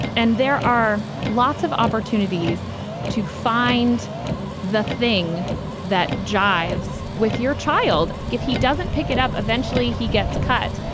and there are lots of opportunities to find the thing that jives with your child if he doesn't pick it up. eventually he gets cut.